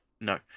No